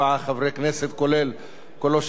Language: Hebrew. כולל קולו של השר מרידור,